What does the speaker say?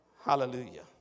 Hallelujah